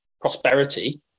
prosperity